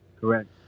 Correct